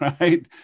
right